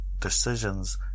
decisions